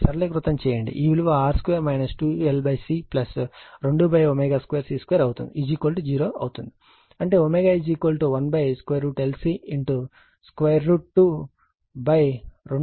సరళీకృతం చేస్తే ఈ విలువ R2 2LC 2ω 2C2 0 అవుతుంది అంటే ω 1 √L C √2 2 R 2 C L అవుతుంది